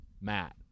Matt